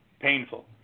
painful